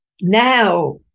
now